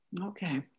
Okay